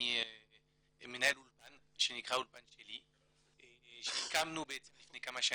אני מנהל אולפן שנקרא "אולפן שלי" שהקמנו לפני כמה שנים.